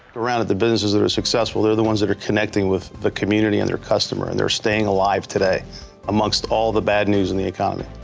the businesses that are successful, they're the ones that are connecting with the community and their customer, and they're staying alive today amongst all the bad news in the economy.